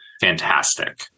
fantastic